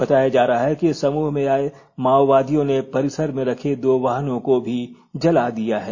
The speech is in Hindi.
बताया जा रहा है कि समूह में आये माओवादियों ने परिसर में रखे दो वाहनों को भी जला दिया है